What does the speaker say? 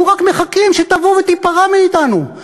אנחנו רק מחכים שתבוא ותיפרע מאתנו,